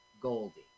Goldie